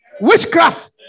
witchcraft